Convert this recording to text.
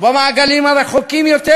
ובמעגלים הרחוקים יותר,